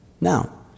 Now